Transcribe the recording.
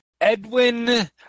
Edwin